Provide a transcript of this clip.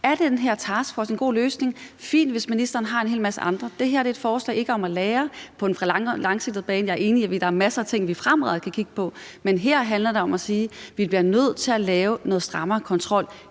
Er den her taskforce en god løsning? Det er fint, hvis ministeren har en hel masse andre løsninger. Det her er ikke et forslag om at lære på den langsigtede bane. Jeg er enig i, at der er masser af ting, vi fremadrettet kan kigge på. Men her handler det om at sige: Vi bliver nødt til at lave noget strammere kontrol